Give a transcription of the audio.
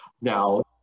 Now